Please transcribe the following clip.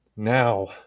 Now